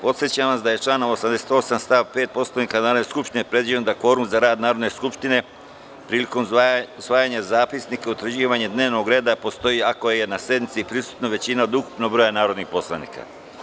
Podsećam vas da je članom 88. stav 5. Poslovnika Narodne skupštine predviđeno da kvorum za rad Narodne skupštine prilikom usvajanja zapisnika i utvrđivanja dnevnog reda, postoji ako je na sednici prisutna većina od ukupnog broja narodnih poslanika.